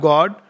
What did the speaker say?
God